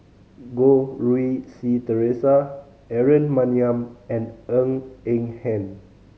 Goh Rui Si Theresa Aaron Maniam and Ng Eng Hen